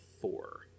four